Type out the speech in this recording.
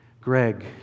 Greg